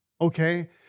Okay